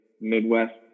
Midwest